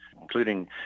including